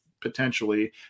potentially